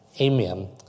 Amen